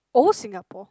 old Singapore